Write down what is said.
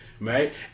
right